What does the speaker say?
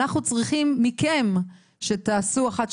אנחנו צריכים מכם שתעשו אחת,